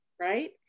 right